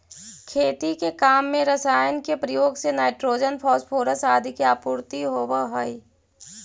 खेती के काम में रसायन के प्रयोग से नाइट्रोजन, फॉस्फोरस आदि के आपूर्ति होवऽ हई